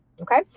Okay